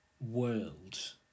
world